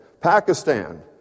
Pakistan